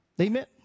Amen